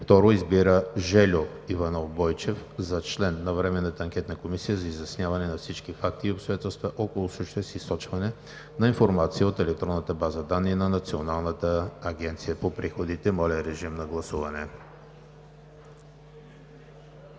2. Избира Жельо Иванов Бойчев за член на Временната анкетна комисия за изясняване на всички факти и обстоятелства около случая с източване на информация от електронната база данни на Националната агенция по приходите.“ Моля, режим на гласуване.